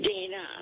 Dina